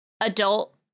adult